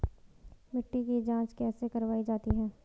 मिट्टी की जाँच कैसे करवायी जाती है?